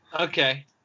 Okay